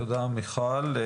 תודה, מיכל.